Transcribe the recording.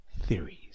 theories